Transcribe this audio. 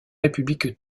république